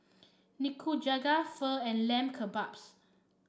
Nikujaga Pho and Lamb Kebabs